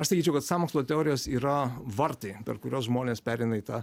aš sakyčiau kad sąmokslo teorijos yra vartai per kuriuos žmonės pereina į tą